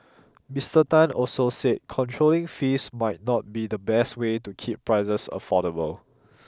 Mister Tan also said controlling fees might not be the best way to keep prices affordable